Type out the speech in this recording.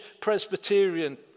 Presbyterian